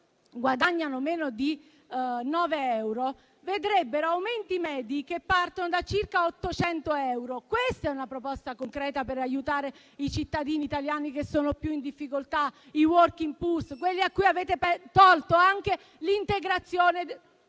guadagnano meno di 9 euro vedrebbero aumenti medi che partono da circa 800 euro. Questa è una proposta concreta per aiutare i cittadini italiani che sono più in difficoltà, i *working poors*, quelli a cui avete tolto anche l'integrazione